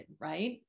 right